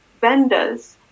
vendors